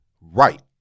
Right